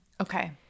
Okay